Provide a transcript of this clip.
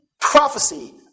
prophecy